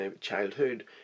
childhood